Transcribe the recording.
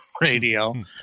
radio